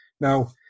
Now